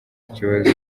ikibazo